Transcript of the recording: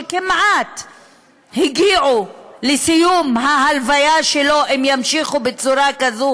שכמעט הגיעו לסיום ההלוויה שלו אם ימשיכו בצורה כזו